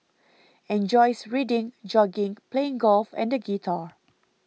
enjoys reading jogging playing golf and the guitar